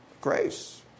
grace